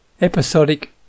episodic